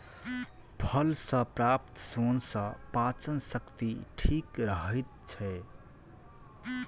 फल सॅ प्राप्त सोन सॅ पाचन शक्ति ठीक रहैत छै